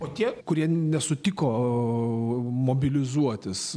o tie kurie nesutiko mobilizuotis